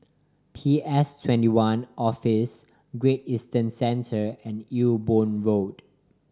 P S Twenty one Office Great Eastern Centre and Ewe Boon Road